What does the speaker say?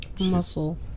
muscle